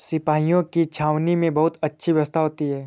सिपाहियों की छावनी में बहुत अच्छी व्यवस्था होती है